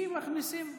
כי מכניסים,